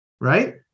right